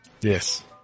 Yes